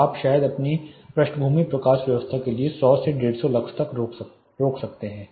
तो आप शायद अपनी पृष्ठभूमि प्रकाश व्यवस्था के लिए 100 से 150 लक्स तक रोक सकते हैं